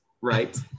right